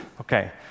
Okay